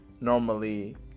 normally